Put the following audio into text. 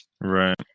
right